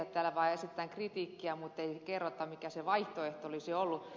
täällä vaan esitetään kritiikkiä mutta ei kerrota mikä se vaihtoehto olisi ollut